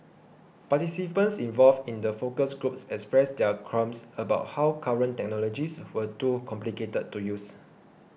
participants involved in the focus groups expressed their qualms about how current technologies were too complicated to use